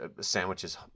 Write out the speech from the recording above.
sandwiches